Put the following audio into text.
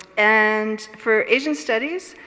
and for asian studies,